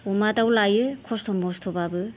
अमा दाउ लायो खस्त' मस्त'बाबो